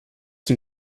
den